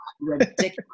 ridiculous